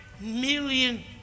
million